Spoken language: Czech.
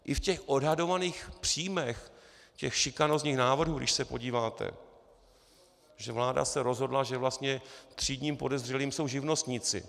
I v těch odhadovaných příjmech těch šikanózních návrhů, když se podíváte, že vláda se rozhodla, že vlastně třídním podezřelým jsou živnostníci.